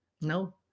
no